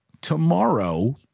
Tomorrow